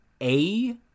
A-